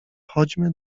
chodźmy